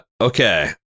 Okay